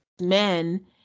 men